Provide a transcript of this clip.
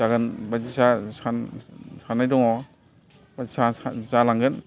जागोन बायदिसा सान साननाय दङ जालांगोन